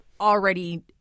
already